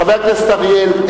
חבר הכנסת אריאל,